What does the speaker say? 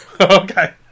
okay